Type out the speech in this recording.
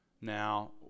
now